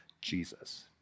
Jesus